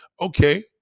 Okay